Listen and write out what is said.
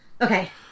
Okay